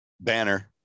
banner